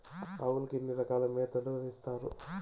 ఆవులకి ఎన్ని రకాల మేతలు ఇస్తారు?